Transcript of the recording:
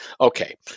Okay